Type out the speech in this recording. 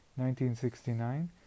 1969